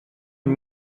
une